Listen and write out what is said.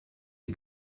the